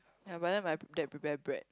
ya but then my dad prepare bread